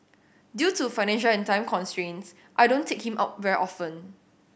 due to financial and time constraints I don't take him out very often